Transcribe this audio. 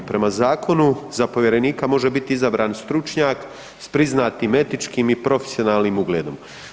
Prema zakonu, za povjerenika može biti izabran stručnjak sa priznatim etičkim i profesionalnim ugledom.